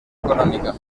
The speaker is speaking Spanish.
económica